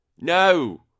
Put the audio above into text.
No